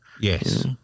yes